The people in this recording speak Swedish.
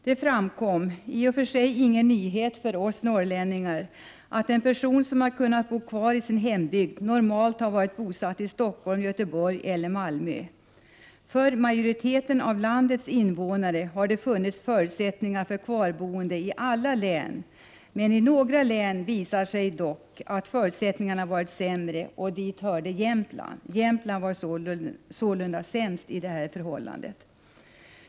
Det framkom — i och för sig är det ingen nyhet för oss norrlänningar — att en person som hade kunnat bo kvar i sin hembygd normalt varit bosatt i Stockholm, Göteborg eller Malmö. En majoritet av landets invånare har haft förutsättningar att bo kvar i sitt län, och det gäller alla län. I några län visar det sig dock att förutsättningarna har varit sämre. Dit kan räknas Jämtlands län, som hade de sämsta förutsättningarna i detta sammanhang.